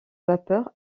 vapeur